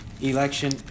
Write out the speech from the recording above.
election